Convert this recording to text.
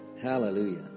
Hallelujah